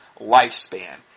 lifespan